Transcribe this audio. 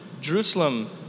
Jerusalem